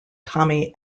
tommy